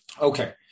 Okay